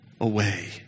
away